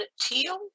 Teal